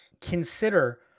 consider